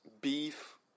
beef